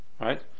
Right